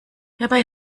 hierbei